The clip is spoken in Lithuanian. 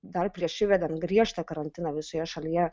dar prieš įvedant griežtą karantiną visoje šalyje